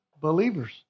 Believers